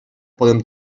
podem